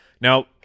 Now